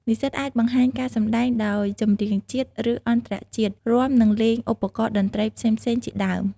និស្សិតអាចបង្ហាញការសម្តែងដោយចម្រៀងជាតិ ឬ អន្តរជាតិ រាំ និងលេងឧបករណ៍តន្ត្រីផ្សេងៗជាដើម។